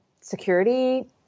security